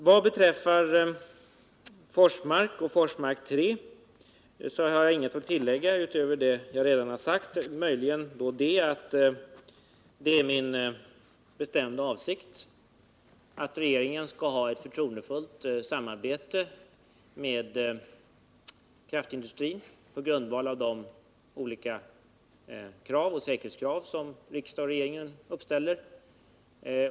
Vad beträffar Forsmark 3 har jag ingenting att tillägga utöver vad jag redan har sagt, utom möjligen att det är min bestämda avsikt att regeringen skall ha ett förtroendefullt samarbete med kraftindustrin på grundval av de olika säkerhetskrav som riksdag och regering uppställer.